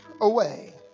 away